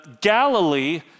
Galilee